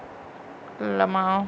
LMAO